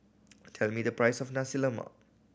tell me the price of Nasi Lemak